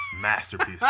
masterpiece